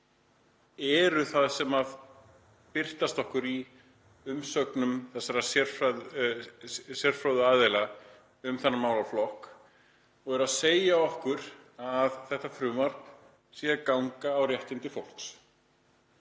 eru það sem birtist okkur í umsögnum sérfróðra aðila um þennan málaflokk sem segja okkur að þetta frumvarp sé að ganga á réttindi fólks.